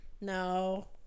No